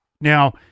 Now